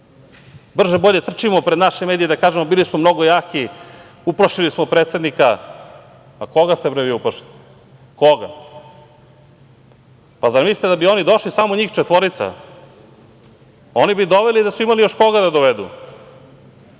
bolje trčimo pred naše medije da kažemo – bili smo mnogo jaki, uplašili smo predsednika. Koga ste vi uplašili? Koga? Zar mislite da bi oni došli samo njih četvorica? Oni bi doveli da su imali još koga da dovedu.